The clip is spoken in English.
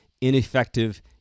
ineffective